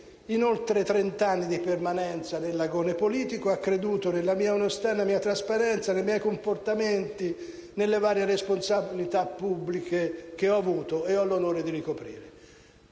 in oltre trent'anni di permanenza nell'agone politico, ha creduto nella mia onestà e nella trasparenza dei miei comportamenti nelle varie responsabilità pubbliche che ho avuto ed ho l'onore di ricoprire.